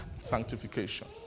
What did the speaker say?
Sanctification